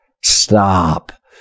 Stop